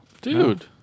Dude